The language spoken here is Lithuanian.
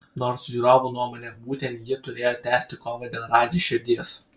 nors žiūrovų nuomone būtent ji turėjo tęsti kovą dėl radži širdies